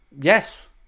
Yes